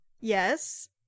Yes